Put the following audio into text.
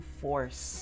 force